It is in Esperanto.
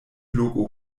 loko